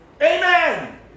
Amen